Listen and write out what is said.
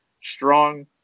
strong